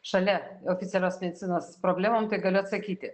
šalia oficialios medicinos problemom tai galiu atsakyti